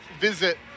visit